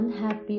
unhappy